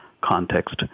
context